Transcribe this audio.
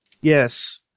Yes